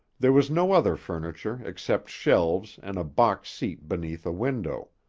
there was no other furniture except shelves and box seat beneath a window.